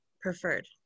Preferred